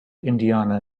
indiana